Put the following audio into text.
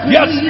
Yes